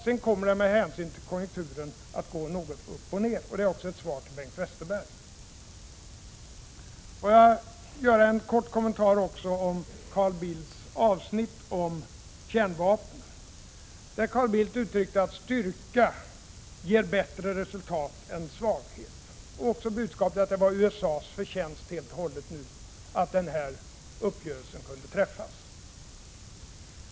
Sedan kommer den med hänsyn till konjunkturen att gå upp och ner. Detta är också ett svar till Bengt Westerberg. Får jag göra en kort kommentar till Carl Bildts avsnitt om kärnvapnen. Carl Bildt uttryckte att styrka ger bättre resultat än svaghet. Hans budskap var att det helt och hållet var USA:s förtjänst att en uppgörelse nu kunnat träffas.